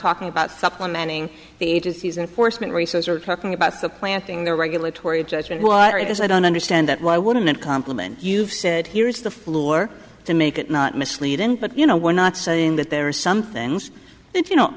talking about supplementing the agencies in forcemeat research talking about the planting the regulatory judgment why it is i don't understand that why wouldn't it complement you've said here is the floor to make it not misleading but you know we're not saying that there are some things that you know